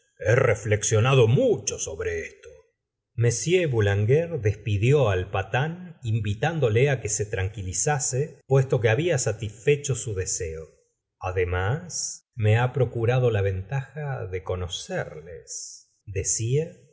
he reflexionado mucho sobre esto m boulanger despidió al patán invitándole que se tranquilizase puesto que había satisfecho su deseó además me ha procurado la ventaja de conocerles decia